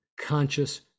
conscious